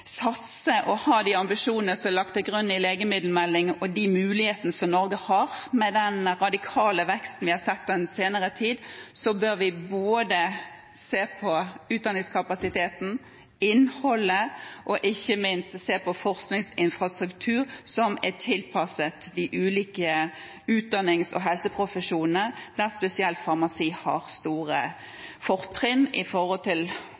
satse og ha de ambisjonene som er lagt til grunn i legemiddelmeldingen, og med de mulighetene som Norge har? Med den radikale veksten vi har sett den senere tid, bør vi se på både utdanningskapasiteten, innholdet og ikke minst en forskningsinfrastruktur som er tilpasset de ulike utdannings- og helseprofesjonene, der spesielt farmasi har